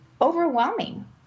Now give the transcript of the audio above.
overwhelming